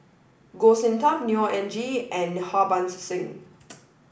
Goh Sin Tub Neo Anngee and Harbans Singh